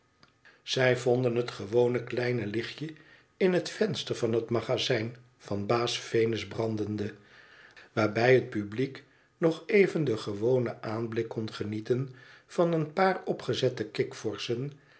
zij vonden het gewone kleine lichtje in het venster van het magazijn van baas venus brandende waarbij het publiek nog even den gewonen aanblik kon genieten van een paar opgezette kikvorschen